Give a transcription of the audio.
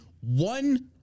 one